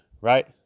Right